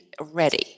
ready